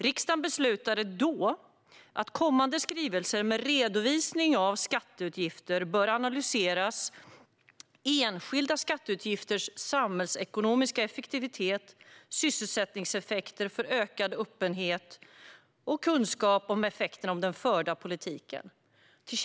Riksdagen tillkännagav då för regeringen att kommande skrivelser med redovisning av skatteutgifter bör analysera enskilda skatteutgifters samhällsekonomiska effektivitet och sysselsättningseffekter för att öka öppenheten i och kunskapen om effekterna av den förda politiken.